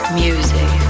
music